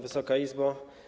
Wysoka Izbo!